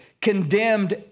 condemned